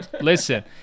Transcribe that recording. listen